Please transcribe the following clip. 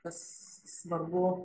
kas svarbu